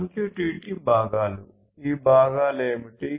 MQTT భాగాలు ఈ భాగాలు ఏమిటి